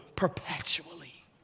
perpetually